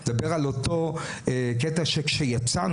אני מדבר על אותו קטע שכשיצאנו,